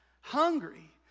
hungry